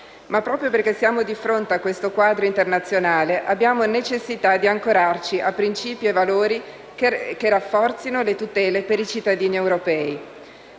Ma proprio perché siamo di fronte a questo quadro internazionale, abbiamo necessità di ancorarci a principi e valori che rafforzino le tutele per i cittadini europei.